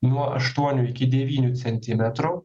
nuo aštuonių iki devynių centimetrų